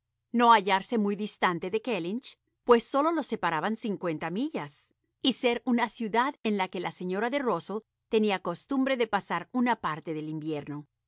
no hallarse muy distante de kellynch pues sólo los separaban cincuenta millas y ser una ciudad en la que la señora de rusell tenía costumbre de pasar una parte del invierno